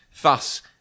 thus